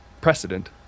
precedent